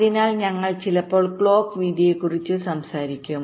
അതിനാൽ ഞങ്ങൾ ചിലപ്പോൾ ക്ലോക്ക് വീതിയെക്കുറിച്ച് സംസാരിക്കും